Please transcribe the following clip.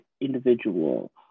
individual